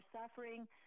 suffering